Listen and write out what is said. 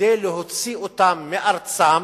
כדי להוציא אותם מארצם,